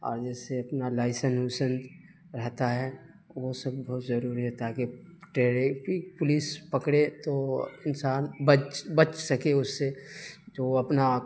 اور جیسے اپنا لائسنس اوئسنس رہتا ہے وہ سب بہت ضروری ہے تاکہ ٹڑیفک پولیس پکڑے تو انسان بچ بچ سکے اس سے جو اپنا